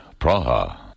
Praha